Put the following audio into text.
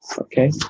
okay